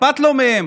אכפת לו מהם,